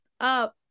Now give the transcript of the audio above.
up